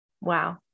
Wow